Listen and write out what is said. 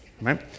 right